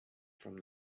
from